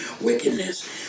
wickedness